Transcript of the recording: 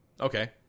okay